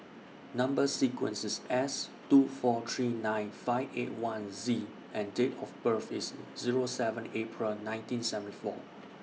Number sequence IS S two four three nine five eight one Z and Date of birth IS Zero seven April nineteen seventy four